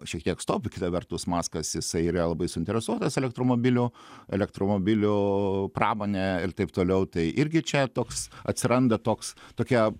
šiek tiek stop kita vertus maskas jisai yra labai suinteresuotas elektromobilių elektromobilių pramone ir taip toliau tai irgi čia toks atsiranda toks tokia